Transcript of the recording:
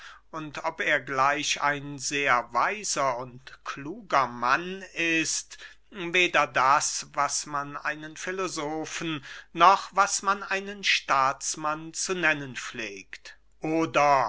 und ob er gleich ein sehr weiser und kluger mann ist weder das was man einen filosofen noch was man einen staatsmann zu nennen pflegt oder